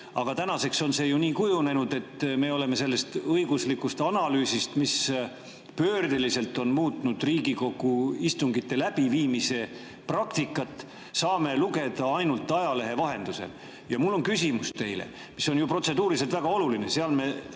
Aga tänaseks on see nii kujunenud. Me saame sellest õiguslikust analüüsist, mis pöördeliselt on muutnud Riigikogu istungite läbiviimise praktikat, lugeda ainult ajalehe vahendusel. Ja mul on teile küsimus, see on ju protseduuriliselt väga oluline – seal me